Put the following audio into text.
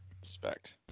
Respect